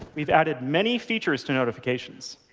we've added many features to notifications,